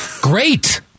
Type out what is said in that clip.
Great